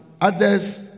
Others